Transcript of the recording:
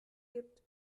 gibt